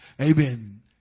amen